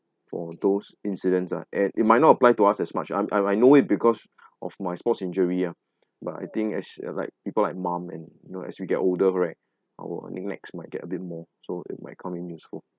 for those incidents ah eh it might not apply to us as much I'm I'm I know it because of my sports injury ah but I think as uh like people like mom and no as you get older correct our neglects might get a bit more so it might come in useful